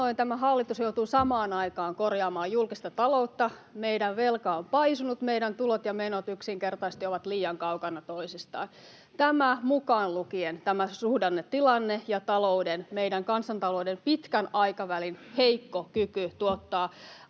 tämä hallitus joutuu samaan aikaan korjaamaan julkista taloutta. Meidän velka on paisunut. Meidän tulot ja menot yksinkertaisesti ovat liian kaukana toisistaan, mukaan lukien tämä suhdannetilanne ja meidän kansantalouden pitkän aikavälin heikko kyky tuottaa